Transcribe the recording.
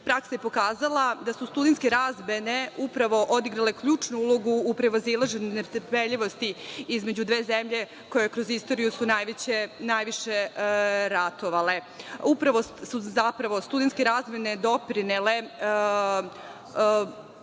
Praksa je pokazala da su studentske razmene upravo odigrale ključnu ulogu u prevazilaženju netrpeljivosti između dve zemlje koje su kroz istoriju najviše ratovale. Upravo su studentske razmene doprinele